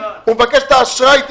הוא מבקש את האשראי,